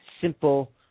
simple